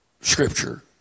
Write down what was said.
scripture